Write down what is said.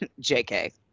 jk